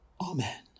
Amen